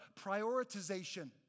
prioritization